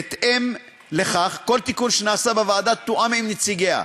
בהתאם לכך, כל תיקון שנעשה בוועדה תואם עם נציגיה.